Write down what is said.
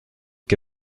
que